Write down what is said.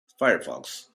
firefox